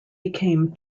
became